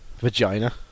vagina